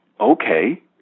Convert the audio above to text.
okay